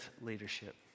leadership